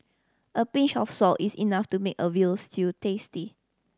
a pinch of salt is enough to make a veal stew tasty